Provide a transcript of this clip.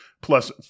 plus